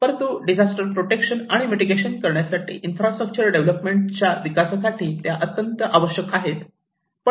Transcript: परंतु disaster protection आणि mitigation करण्यासाठी इन्फ्रास्ट्रक्चर डेव्हलपमेंटच्या विकासासाठी त्या अत्यंत आवश्यक आहेत